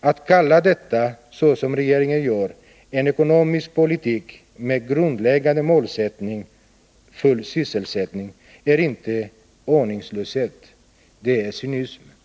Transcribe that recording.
Att, som regeringen gör, kalla detta en ekonomisk politik med full sysselsättning som grundläggande målsättning är inte aningslöshet, det är cynism.